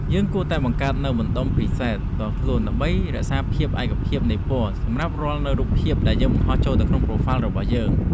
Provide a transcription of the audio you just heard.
យើងគួរតែបង្កើតនូវបណ្តុំ ព្រីសេត ផ្ទាល់ខ្លួនដើម្បីរក្សាភាពឯកភាពនៃពណ៌សម្រាប់រាល់រូបភាពដែលយើងបង្ហោះចូលទៅក្នុង ប្រូហ្វាល់ របស់យើង។